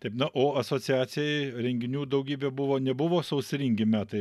taip na o asociacijai renginių daugybė buvo nebuvo sausringi metai